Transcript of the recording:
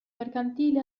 mercantili